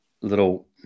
little